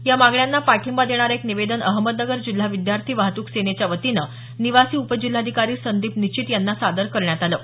या मागण्यांना पाठिंबा देणारं एक निवेदन अहमदनगर जिल्हा विद्यार्थी वाहतूक सेनेच्या वतीनं निवासी उपजिल्हाधिकारी संदिप निचित यांना सादर करण्यात आलं आहे